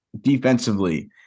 defensively